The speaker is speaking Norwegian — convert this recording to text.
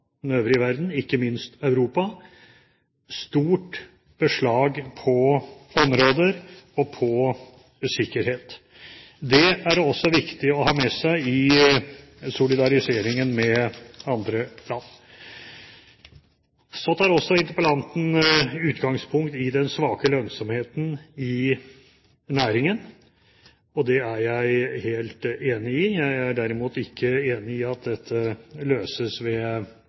den øvrige verden, ikke minst Europa, stort beslag på områder og på sikkerhet. Det er det også viktig å ha med seg i solidariseringen med andre land. Så tar også interpellanten utgangspunkt i den svake lønnsomheten i næringen. Det er jeg helt enig i. Jeg er derimot ikke enig i at det løses ved